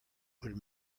would